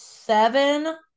Seven